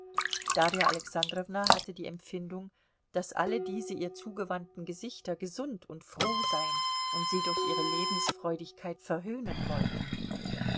darja alexandrowna hatte die empfindung daß alle diese ihr zugewandten gesichter gesund und froh seien und sie durch ihre lebensfreudigkeit verhöhnen wollten